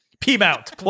P-Mount